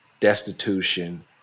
destitution